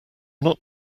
not